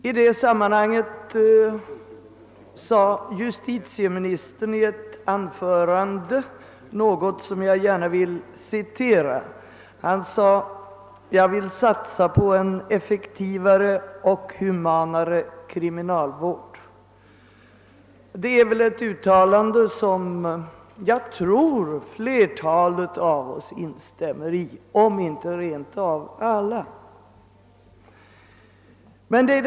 I det sammanhanget sade justitieministern något som jag gärna vill citera: »Jag vill satsa på en effektivare och humanare kriminalvård.« Det är ett ut talande som jag tror att flertalet av oss, om inte rent av alla, instämmer i.